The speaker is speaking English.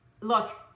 look